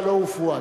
הלוא הוא פואד.